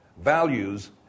values